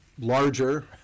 larger